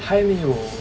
还没有